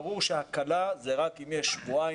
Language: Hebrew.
ברור שההקלה זה רק אם יש שבועיים,